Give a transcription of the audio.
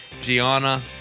Gianna